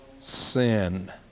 sin